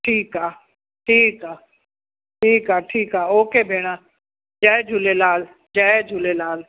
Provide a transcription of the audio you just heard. ठीकु आहे ठीकु आहे ठीकु आहे ठीकु आहे ओके भेण जय झूलेलाल जय झूलेलाल